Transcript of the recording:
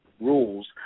Rules